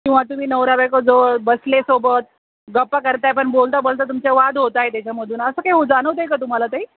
किंवा तुम्ही नवरा बायको जवळ बसले सोबत गप्पा करत आहे पण बोलता बोलता तुमच्यात वाद होत आहे त्याच्यामधून असं काय उ जाणवतं आहे का तुम्हाला काही